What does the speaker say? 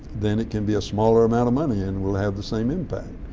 then it can be a smaller amount of money and will have the same impact.